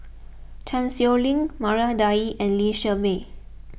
Chan Sow Lin Maria Dyer and Lee Shermay